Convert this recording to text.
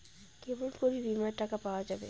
কেমন করি বীমার টাকা পাওয়া যাবে?